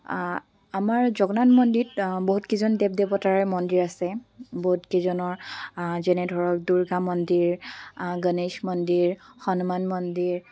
আমাৰ জগন্নাথ মন্দিত বহুতকেইজন দেৱ দেৱতাৰে মন্দিৰ আছে বহুতকেইজনৰ যেনে ধৰক দুৰ্গা মন্দিৰ গণেশ মন্দিৰ হনুমান মন্দিৰ